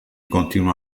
continua